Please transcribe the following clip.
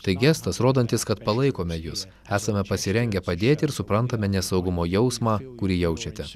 tai gestas rodantis kad palaikome jus esame pasirengę padėti ir suprantame nesaugumo jausmą kurį jaučiate